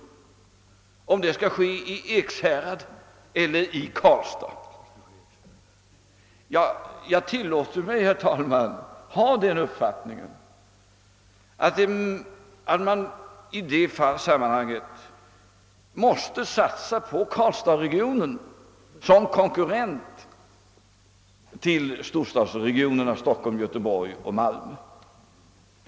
Skall det ske i Ekshärad eller i Karlstad? Jag tillåter mig ha den uppfattningen att man i det sammanhanget måste satsa på karlstadsregionen som konkurrent till storstadsregionerna Stockholm, Göteborg och Malmö.